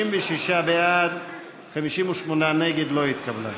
לא התקבלה.